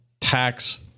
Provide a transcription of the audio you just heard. tax